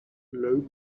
low